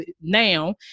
now